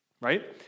right